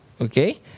Okay